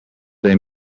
they